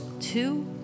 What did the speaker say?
two